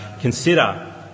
consider